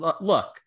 Look